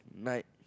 night